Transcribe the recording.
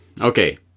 Okay